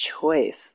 choice